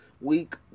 week